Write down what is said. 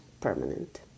permanent